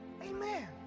Amen